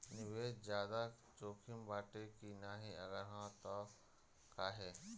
निवेस ज्यादा जोकिम बाटे कि नाहीं अगर हा तह काहे?